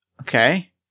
okay